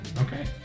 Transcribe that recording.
Okay